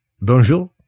Bonjour